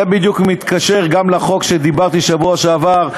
זה בדיוק מתקשר גם לחוק שדיברתי עליו בשבוע שעבר,